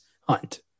hunt